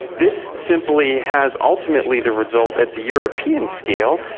this simply has ultimately the result, at the european scale,